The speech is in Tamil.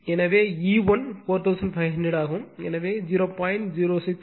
எனவே E1 4500 ஆகும் எனவே 0